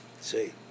See